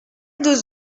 deux